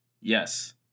Yes